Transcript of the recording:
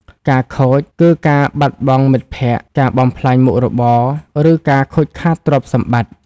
ការ "ខូច" គឺការបាត់បង់មិត្តភ័ក្ដិ ការបំផ្លាញមុខរបរ ឬការខូចខាតទ្រព្យសម្បត្តិ។